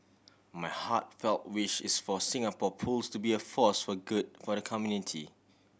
my heartfelt wish is for Singapore Pools to be a force for good for the community